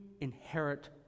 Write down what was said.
inherit